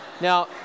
Now